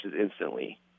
instantly